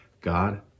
god